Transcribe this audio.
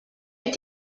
est